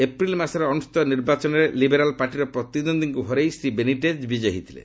April ମାସରେ ଅନୁଷ୍ଠିତ ନିର୍ବାଚନରେ ଲିବେରାଲ୍ ପାର୍ଟିର ପ୍ରତିଦ୍ୱନ୍ଦ୍ୱୀଙ୍କୁ ହରାଇ ଶ୍ରୀ ବେନିଟେଜ୍ ବିଜୟୀ ହୋଇଥିଲେ